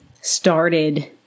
started